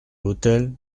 l’hôtel